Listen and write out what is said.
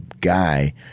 guy